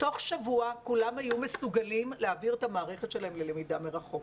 תוך שבוע כולם היו מסוגלים להעביר את המערכת שלהם ללמידה מרחוק.